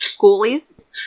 ghoulies